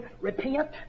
Repent